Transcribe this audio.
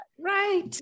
Right